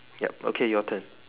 yup okay your turn